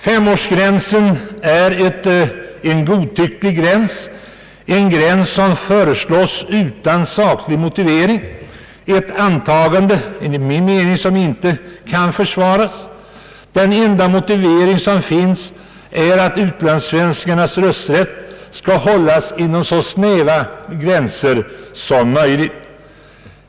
Femårsgränsen är godtycklig, den fö reslås utan saklig motivering och den bygger på ett antagande som enligt min mening inte kan försvaras. Den enda motivering som finns är att utlandssvenskarnas rösträtt skall hållas inom så snäva gränser som möjligt.